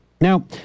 Now